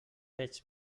peix